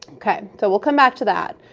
okay, so we'll come back to that.